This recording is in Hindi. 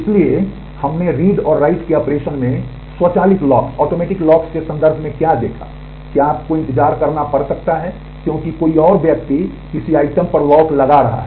इसलिए हमने रीड और राइट के ऑपरेशन में स्वचालित लॉक्स के संदर्भ में क्या देखा क्या आपको इंतजार करना पड़ सकता है क्योंकि कोई और व्यक्ति किसी आइटम पर लॉक लगा रहा है